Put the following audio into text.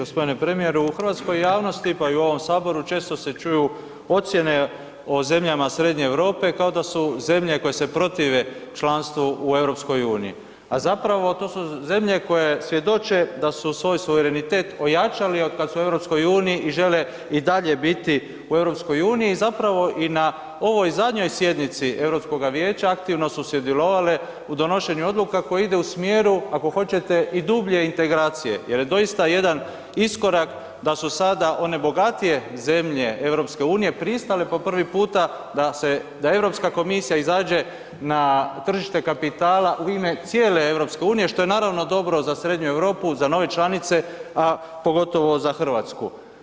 Gospodine premijeru u hrvatskoj javnosti pa i u ovom saboru često se čuju ocjene o zemljama Srednje Europe kao da su zemlje koje se protive članstvu u EU, a zapravo to su zemlje koje svjedoče da su svoj suverenitet ojačali od kad su u EU i žele i dalje biti u EU zapravo i na ovoj zadnjoj sjednici Europskoga vijeća aktivno su sudjelovale u donošenju odluka koje ide u smjeru ako hoćete i dublje integracije jer je doista jedan iskorak da su sada one bogatije zemlje EU pristale po prvi puta da se, da Europska komisija izađe na tržište kapitala u ime cijele EU što je naravno dobro za Srednju Europu za nove članice, a pogotovo za Hrvatsku.